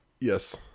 Yes